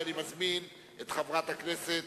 חס וחלילה.